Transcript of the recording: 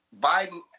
Biden